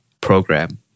program